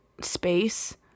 space